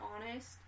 honest